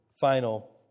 final